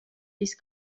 vist